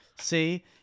see